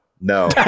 no